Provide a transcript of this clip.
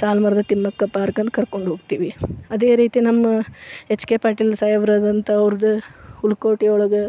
ಸಾಲುಮರದ ತಿಮ್ಮಕ್ಕನ ಪಾರ್ಕನ್ನು ಕರ್ಕೊಂಡು ಹೋಗ್ತೀವಿ ಅದೇ ರೀತಿ ನಮ್ಮ ಎಚ್ ಕೆ ಪಾಟೀಲ್ ಸಾಹೇಬ್ರು ಆದಂಥ ಅವರದ್ದು ಹುಲ್ಕೋಟೆ ಒಳ್ಗೆ